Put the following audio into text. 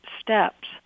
steps